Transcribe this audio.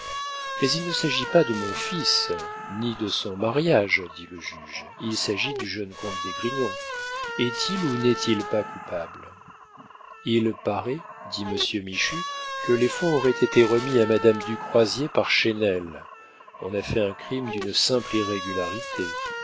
mais il ne s'agit pas de mon fils ni de son mariage dit le juge il s'agit du jeune comte d'esgrignon est-il ou n'est-il pas coupable il paraît dit monsieur michu que les fonds auraient été remis à madame du croisier par chesnel on a fait un crime d'une simple irrégularité